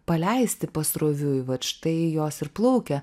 paleisti pasroviui vat štai jos ir plaukia